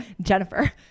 Jennifer